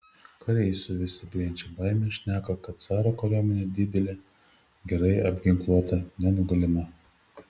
kariai su vis stiprėjančia baime šneka kad caro kariuomenė didelė gerai apginkluota nenugalima